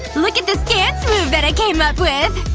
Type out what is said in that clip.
look at this dance move that i came up with!